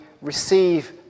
receive